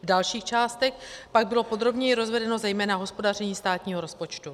V dalších částech pak bylo podrobněji rozvedeno zejména hospodaření státního rozpočtu.